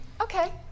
Okay